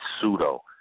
pseudo